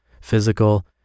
physical